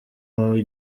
wowe